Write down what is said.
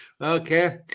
okay